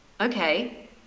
okay